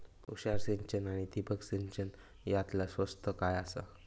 तुषार सिंचन आनी ठिबक सिंचन यातला स्वस्त काय आसा?